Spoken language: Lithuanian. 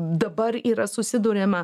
dabar yra susiduriama